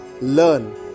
learn